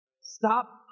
Stop